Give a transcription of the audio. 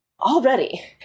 already